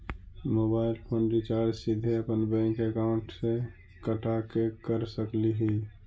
Mobile phone recharge सीधे अपन bank account से कटा के कर सकली ही?